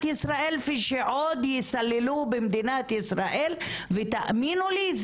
ישראל ושעוד יסללו במדינת ישראל ותאמינו לי,